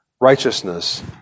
righteousness